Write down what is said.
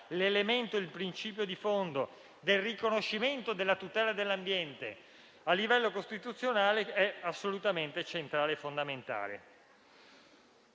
ma il principio di fondo del riconoscimento della tutela dell'ambiente a livello costituzionale è assolutamente centrale e fondamentale.